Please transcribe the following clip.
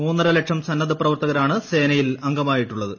മൂന്നര ലക്ഷം സന്നദ്ധ പ്രവർത്തകരാണ് സേനയിൽ അംഗമായിട്ടുള്ളത്